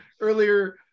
earlier